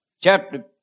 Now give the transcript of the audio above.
chapter